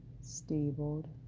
stabled